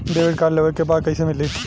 Debit card लेवे के बा कईसे मिली?